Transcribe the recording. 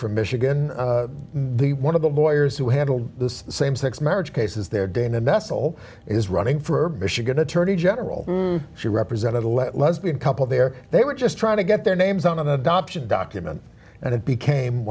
for michigan the one of the boyers who handled the same sex marriage cases there dana nestle is running for michigan attorney general she represented a wet lesbian couple there they were just trying to get their names on the adoption document and it became